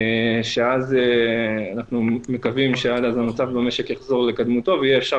עד אז אנחנו מקווים שהמצב במשק יחזור לקדמותו ויהיה אפשר